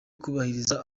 kubahiriza